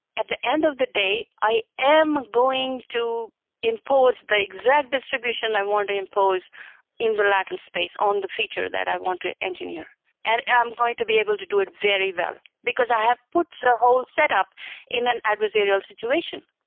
at the end of the day, i am going to impose the exact distribution i want to impose in the latent space on the feature that i want to engineer and i'm going to be able to do it very well, because i have put the whole set up in an adversarial situation,